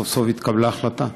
סוף-סוף התקבלה החלטה.